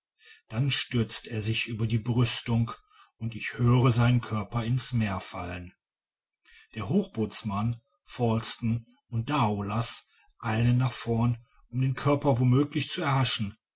dann stürzt er sich über die brüstung und ich höre seinen körper in's meer fallen der hoochbotsmann falsten und daoulas eilen nach vorn um den körper womöglich zu erhaschen